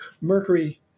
Mercury